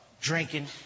drinking